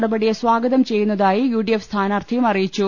നടപടിയെ സ്വാഗതം ചെയ്യുന്നതായി യുഡിഎഫ് സ്ഥാനാർത്ഥിയും അറിയിച്ചു